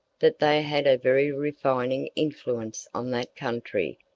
that they had a very refining influence on that country,